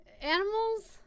animals